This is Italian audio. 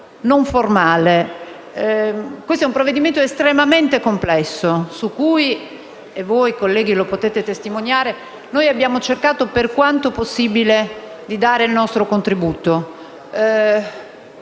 non formale. Quello in esame è un provvedimento estremamente complesso su cui - voi colleghi lo potete testimoniare - abbiamo cercato, per quanto possibile, di dare il nostro contributo.